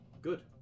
good